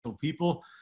people